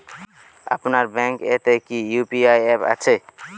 আপনার ব্যাঙ্ক এ তে কি ইউ.পি.আই অ্যাপ আছে?